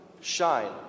shine